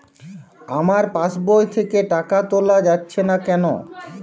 আমার পাসবই থেকে টাকা তোলা যাচ্ছে না কেনো?